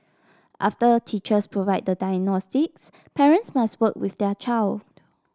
after teachers provide the diagnostics parents must work with their child